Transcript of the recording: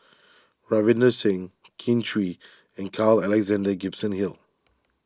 Ravinder Singh Kin Chui and Carl Alexander Gibson Hill